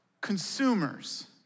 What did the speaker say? consumers